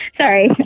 Sorry